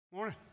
morning